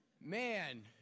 man